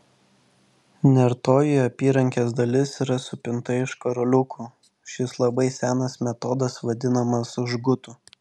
nertoji apyrankės dalis yra supinta iš karoliukų šis labai senas metodas vadinamas žgutu